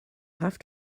have